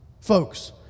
Folks